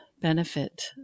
benefit